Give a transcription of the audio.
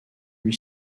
lui